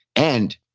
and